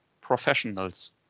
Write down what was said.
professionals